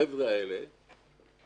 החבר'ה האלה יושבים,